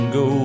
go